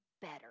better